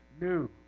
new